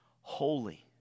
Holy